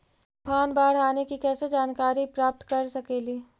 तूफान, बाढ़ आने की कैसे जानकारी प्राप्त कर सकेली?